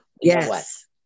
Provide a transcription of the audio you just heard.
Yes